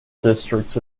districts